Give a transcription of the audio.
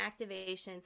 activations